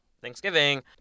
Thanksgiving